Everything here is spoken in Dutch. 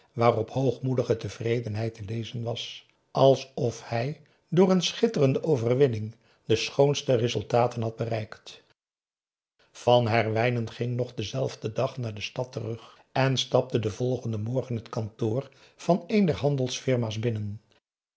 waarop hoogmoedige tevredenheid te lezen was alsof hij door een schitterende overwinning de schoonste resultaten had bereikt van herwijnen ging nog denzelfden dag naar de stad terug en stapte den volgenden morgen het kantoor van een der handelsfirma's binnen